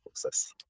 process